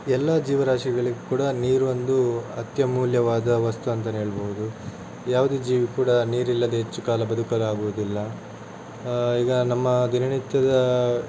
ಎಲ್ಲ ಜೀವರಾಶಿಗಳಿಗೂ ಕೂಡ ನೀರು ಒಂದು ಅತ್ಯಮೂಲ್ಯವಾದ ವಸ್ತು ಅಂತಾನೆ ಹೇಳ್ಬೋದು ಯಾವುದೇ ಜೀವಿ ಕೂಡ ನೀರಿಲ್ಲದೆ ಹೆಚ್ಚು ಕಾಲ ಬದುಕಲಾಗುವುದಿಲ್ಲ ಈಗ ನಮ್ಮ ದಿನನಿತ್ಯದ